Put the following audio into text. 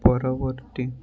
ପରବର୍ତ୍ତୀ